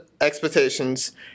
expectations